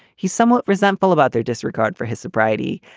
he's somewhat resentful about their disregard for his sobriety,